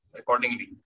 accordingly